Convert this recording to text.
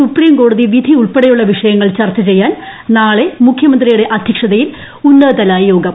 സുപ്രീംകോടതി വിധി ഉൾപ്പെടെയുള്ള വിഷയങ്ങൾ ചർച്ചചെയ്യാൻ നാളെ മുഖ്യമന്ത്രിയുടെ അധ്യക്ഷതയിൽ ഉന്നതതല യോഗം